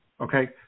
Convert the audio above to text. Okay